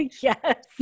Yes